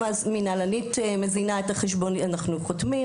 אנחנו חותמים,